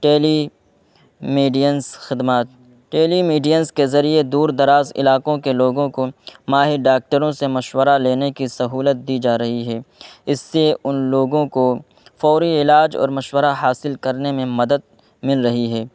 telemedicine خدمات telemedicine کے ذریعے دور دراز علاقوں کے لوگوں کو ماہر ڈاکٹروں سے مشورہ لینے کی سہولت دی جا رہی ہے اس سے ان لوگوں کو فوری علاج اور مشورہ حاصل کرنے میں مدد مل رہی ہے